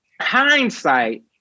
hindsight